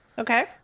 Okay